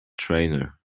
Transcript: trainer